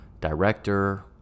director